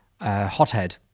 Hothead